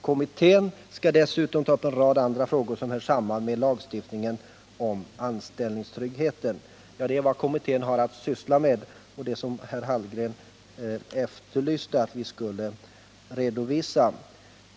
Kommittén skall dessutom ta upp en rad andra frågor som hör samman med lagstiftningen om anställningstrygghet.” Det är vad kommittén har att syssla med och vad Karl Hallgren efterlyste att vi skulle redovisa.